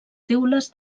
teules